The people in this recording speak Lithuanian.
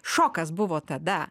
šokas buvo tada